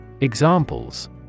Examples